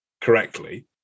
correctly